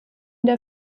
der